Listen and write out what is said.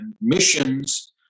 missions